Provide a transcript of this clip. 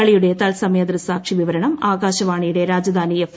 കളിയുടെ തത്സ്മയു ദൃക്ഷിസാക്ഷി വിവരണം ആകാശവാണിയുടെ രാജധാനി എഫ്